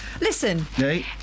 Listen